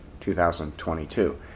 2022